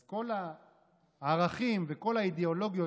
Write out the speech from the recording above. אז כל הערכים וכל האידיאולוגיות,